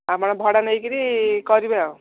ଆପଣ ଭଡ଼ା ନେଇ କରି କରିବେ ଆଉ